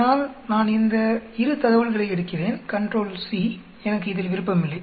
அதனால் நான் இந்த இரு தகவல்களை எடுக்கிறேன் கண்ட்ரோல் c எனக்கு இதில் விருப்பமில்லை